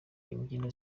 imbyino